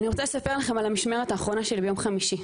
אני רוצה לספר לכם על המשמרת האחרונה שלי ביום חמישי.